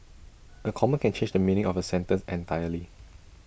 A comma can change the meaning of A sentence entirely